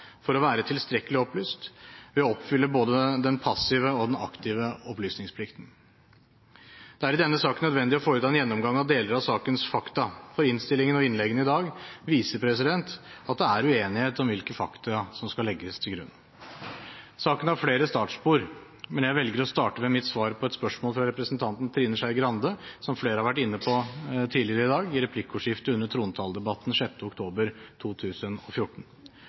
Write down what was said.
for å være tilstrekkelig opplyst, ved å oppfylle både den passive og den aktive opplysningsplikten. Det er i denne saken nødvendig å foreta en gjennomgang av deler av sakens fakta, for innstillingen og innleggene i dag viser at det er uenighet om hvilke fakta som skal legges til grunn. Saken har flere startspor, men jeg velger å starte ved mitt svar på et spørsmål fra representanten Trine Skei Grande, som flere har vært inne på tidligere i dag, i replikkordskiftet under trontaledebatten 6. oktober 2014.